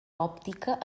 òptica